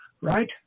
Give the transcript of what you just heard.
right